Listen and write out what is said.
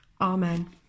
Amen